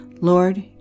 Lord